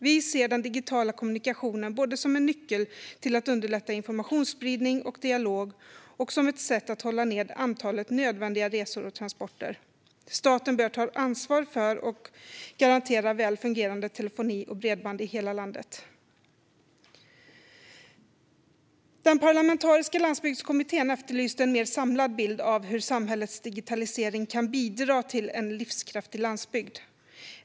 Vi ser den digitala kommunikationen både som en nyckel till att underlätta informationsspridning och dialog och som ett sätt att hålla ned antalet nödvändiga resor och transporter. Staten bör ta ansvar för och garantera väl fungerande telefoni och bredband i hela landet. Den parlamentariska landsbygdskommittén efterlyste en mer samlad bild av hur samhällets digitalisering kan bidra till en livskraftig landsbygd.